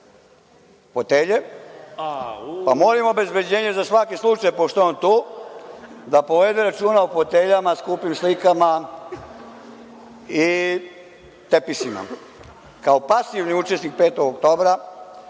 fotelje, pa molim obezbeđenje za svaki slučaj, pošto je on tu, da povede računa o foteljama, skupim slikama, tepisima. Kao pasivni učesnik „5. oktobra“